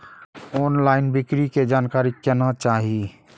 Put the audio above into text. Online बिक्री के जानकारी केना चाही?